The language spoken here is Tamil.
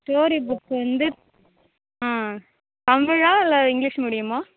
ஸ்டோரி புக்ஸ் வந்து ஆ தமிழா இல்லை இங்கிலீஷ் மீடியமா